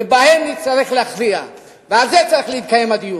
ובהן נצטרך להכריע ועל זה צריך להתקיים הדיון,